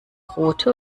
rote